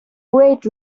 great